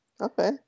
Okay